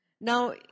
Now